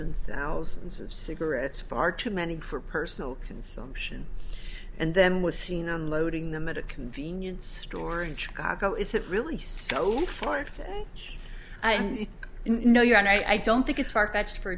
and thousands of cigarettes far too many for personal consumption and then was seen unloading them at a convenience store in chicago is it really so far from each i know you and i don't think it's far fetched for